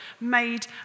made